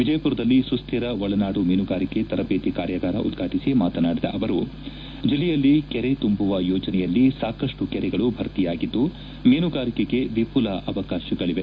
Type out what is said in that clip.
ವಿಜಯಪುರದಲ್ಲಿ ಸುಸ್ಟಿರ ಒಳನಾಡು ಮೀನುಗಾರಿಕೆ ತರಬೇತಿ ಕಾರ್ಯಗಾರ ಉದ್ವಾಟಿಸಿ ಮಾತನಾಡಿದ ಅವರು ಜಿಲ್ಲೆಯಲ್ಲಿ ಕೆರೆ ತುಂಬುವ ಯೋಜನೆಯಲ್ಲಿ ಸಾಕಷ್ಟು ಕೆರೆಗಳು ಭರ್ತಿಯಾಗಿದ್ದು ಮೀನುಗಾರಿಕೆಗೆ ವಿಘುಲ ಅವಕಾಶಗಳವೆ